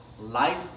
life